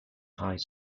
high